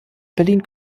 berlin